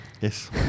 Yes